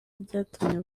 byatumye